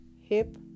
hip